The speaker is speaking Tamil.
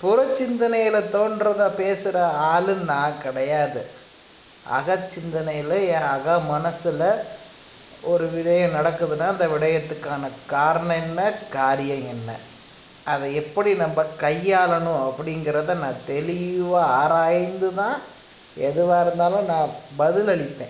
புறச்சிந்தனையில் தோன்றதை பேசுகிற ஆளு நான் கிடையாது அகச்சிந்தனையில் என் அக மனசில் ஒரு விடயம் நடக்குதுனா அந்த விடயத்துக்கான காரணம் என்ன காரியம் என்ன அதை எப்படி நம்ம கையாளணும் அப்படிங்கிறத நான் தெளிவாக ஆராய்ந்து தான் எதுவாக இருந்தாலும் நான் பதில் அளிப்பேன்